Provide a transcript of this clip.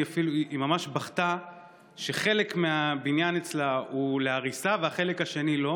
ממש בכתה שחלק מהבניין אצלה הוא להריסה והחלק השני לא,